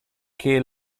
che